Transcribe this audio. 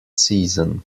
season